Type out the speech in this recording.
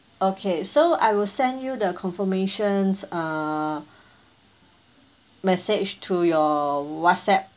okay so I will send you the confirmations uh message to your WhatsApp